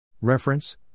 Reference